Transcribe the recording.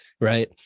right